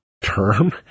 term